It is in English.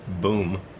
boom